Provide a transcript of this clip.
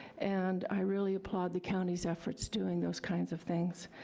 and i really applaud the county's efforts doing those kinds of things.